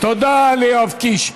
תודה ליואב קיש.